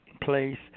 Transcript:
place